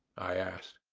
i asked.